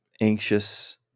anxious